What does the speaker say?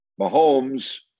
Mahomes